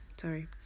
sorry